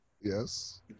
Yes